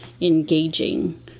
engaging